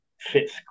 fits